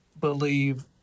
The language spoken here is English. believe